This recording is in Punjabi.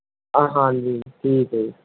ਹਾਂ ਹਾਂਜੀ ਠੀਕ ਹੈ ਜੀ